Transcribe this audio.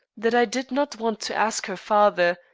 that i did not want to ask her father,